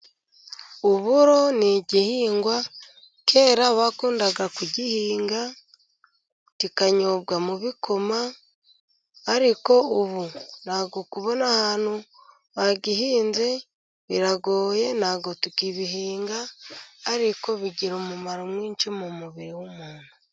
Uburo ni igihingwa cyera bakundaga kugihinga kikanyobwa mu bikoma, ariko ubu ntago kubona ahantu bagihinze biragoye, ntago tikibiinga, ariko bigira umumaro mwinshi mu mubiri w'umuntu.